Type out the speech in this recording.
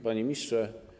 Panie Ministrze!